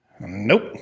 nope